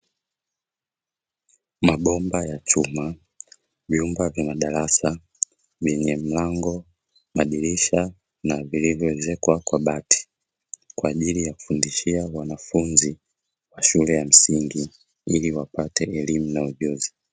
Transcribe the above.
Mabomba ya chuma, vyumba vya madarasa yenye mlango, madirisha na vilivyoezekwa kwa bati kwa ajili ya kufundishia wanafunzi wa shule ya msingi ili wapate elimu na ujuzi.